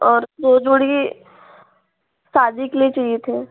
और दो जोड़ी शादी के लिए चाहिए थे